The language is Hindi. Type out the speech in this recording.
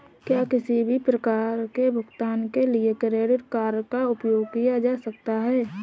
क्या किसी भी प्रकार के भुगतान के लिए क्रेडिट कार्ड का उपयोग किया जा सकता है?